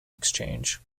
exchange